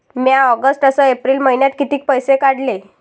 म्या ऑगस्ट अस एप्रिल मइन्यात कितीक पैसे काढले?